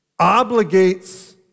obligates